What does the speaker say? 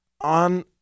on